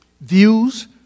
views